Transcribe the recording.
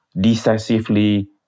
decisively